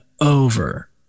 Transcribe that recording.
over